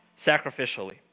sacrificially